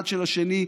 אחד של השני,